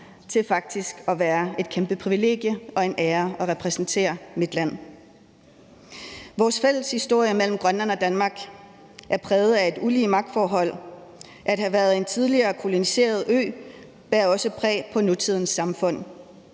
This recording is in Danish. til faktisk at være et kæmpe privilegie og en ære at repræsentere mit land. Vores fælles historie mellem Grønland og Danmark er præget af et ulige magtforhold, og det at have været en tidligere koloniseret ø sætter også et præg på nutidens samfund.